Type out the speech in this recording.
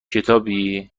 کتابی